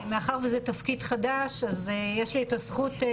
מאחר וזה תפקיד חדש, אז יש לי את הזכות.